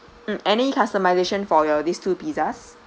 mm any customization for your these two pizzas